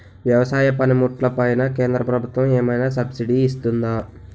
వ్యవసాయ పనిముట్లు పైన కేంద్రప్రభుత్వం ఏమైనా సబ్సిడీ ఇస్తుందా?